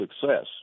success